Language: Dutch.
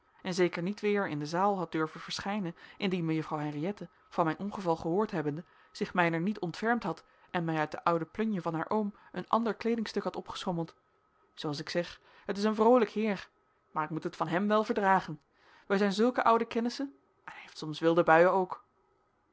en zeker niet weer in de zaal had durven verschijnen indien mejuffrouw henriëtte van mijn ongeval gehoord hebbende zich mijner niet ontfermd had en mij uit de oude plunje van haar oom een ander kleedingstuk had opgeschommeld zooals ik zeg het is een vroolijk heer maar ik moet het van hem wel verdragen wij zijn zulke oude kennissen en hij heeft soms wilde buien ook